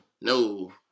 No